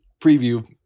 preview